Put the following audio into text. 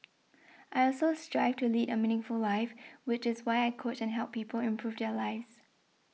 I also strive to lead a meaningful life which is why I coach and help people improve their lives